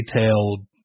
detailed